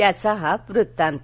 त्याचा हा वृत्तांत